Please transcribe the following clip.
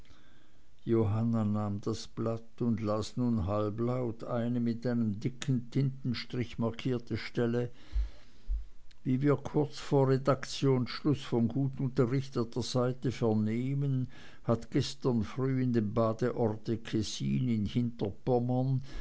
johanna nahm das blatt und las nun halblaut eine mit einem dicken tintenstrich markierte stelle wie wir kurz vor redaktionsschluß von gut unterrichteter seite her vernehmen hat gestern früh in dem badeort kessin in hinterpommern